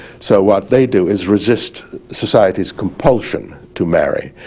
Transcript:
so what they do is resist society's compulsion to marry.